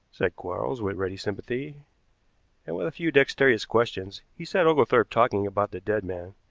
said quarles, with ready sympathy, and with a few dexterous questions he set oglethorpe talking about the dead man.